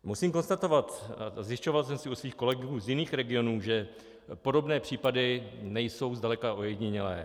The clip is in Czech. Musím konstatovat, a zjišťoval jsem si u svých kolegů z jiných regionů, že podobné případy nejsou zdaleka ojedinělé.